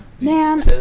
Man